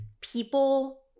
people